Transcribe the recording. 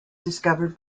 discovered